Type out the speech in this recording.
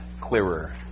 clearer